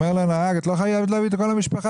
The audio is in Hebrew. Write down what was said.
אמר לה הנהג שהיא לא חייבת להביא את כל המשפחה,